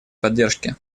поддержке